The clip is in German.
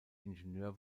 ingenieur